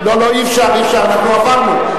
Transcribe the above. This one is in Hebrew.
לא, אי-אפשר, אנחנו עברנו.